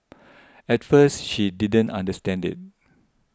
at first she didn't understand it